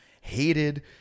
hated